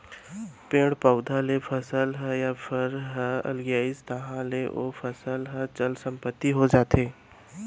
पेड़ पउधा ले फसल ह या फर ह अलगियाइस तहाँ ले ओ फसल ह चल संपत्ति हो जाथे